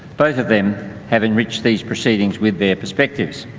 both of them have enriched these proceedings with their perspectives.